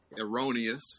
erroneous